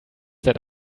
that